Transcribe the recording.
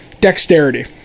dexterity